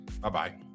Bye-bye